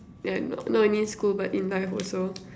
ya not only school but in life also